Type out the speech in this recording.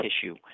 tissue